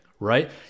right